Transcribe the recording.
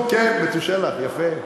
כן, מתושלח, יפה.